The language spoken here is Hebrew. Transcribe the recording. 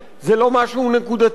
זה לא משהו נקודתי,